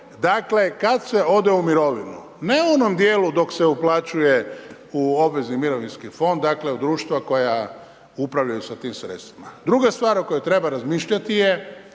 dakle, kad se ode u mirovinu. Ne o onom dijelu dok se uplaćuje u obvezni mirovinski fond, dakle u društva koja upravljaju sa tim sredstvima. Druga stvar o kojoj treba razmišljati je,